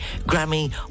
Grammy